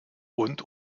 und